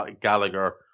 Gallagher